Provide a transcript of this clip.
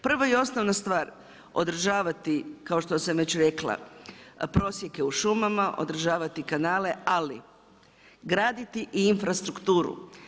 Prva i osnovna stvar, održavati kao što sam već rekla, prosjeke u šumama, odražavati kanale, ali graditi infrastrukturu.